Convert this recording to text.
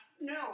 No